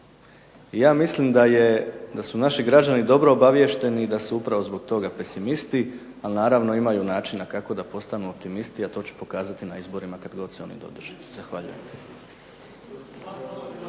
ja mislim da su naši građani dobro obaviješteni i da su upravo zbog toga pesimisti, ali naravno imaju načina kako da postanu optimisti, a to će pokazati na izborima kad god se oni održe. Zahvaljujem.